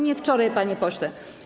Nie wczoraj, panie pośle.